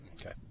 Okay